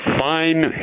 fine